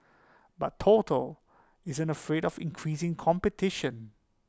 but total isn't afraid of increasing competition